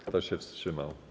Kto się wstrzymał?